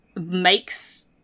makes